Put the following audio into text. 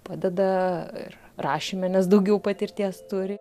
padeda ir rašyme nes daugiau patirties turi